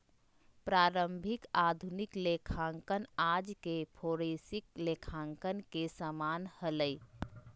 प्रारंभिक आधुनिक लेखांकन आज के फोरेंसिक लेखांकन के समान हलय